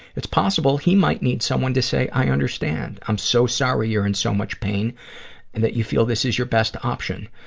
it's possible he might need someone to say, i understand. i'm so sorry you're in so much pain and that you feel this is your best option.